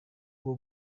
bwo